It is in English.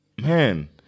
Man